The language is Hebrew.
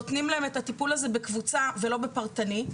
נותנים להם את הטיפול הזה בקבוצה ולא בפרטני ,